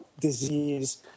disease